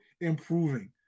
improving